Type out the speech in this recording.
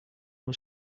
was